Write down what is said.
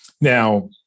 Now